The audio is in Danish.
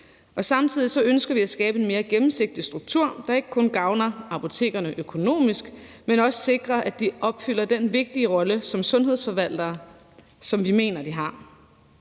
Samtidig ønsker vi at skabe en mere gennemsigtig struktur, der ikke kun gavner apotekerne økonomisk, men også sikrer, at de opfylder den vigtige rolle som sundhedsforvaltere, som vi mener de har.